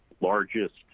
largest